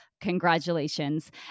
congratulations